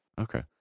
Okay